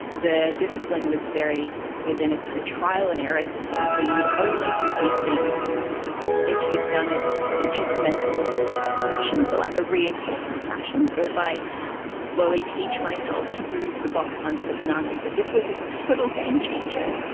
the discipline was very within a kind of trial and error system, so you would only do anything if you'd done it in incremental fashion, so like a reinforcement fashion, so if i slowly teach myself to move the box under the bananas. but this was a total game changer.